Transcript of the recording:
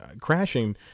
Crashing